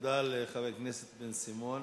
תודה לחבר הכנסת בן-סימון.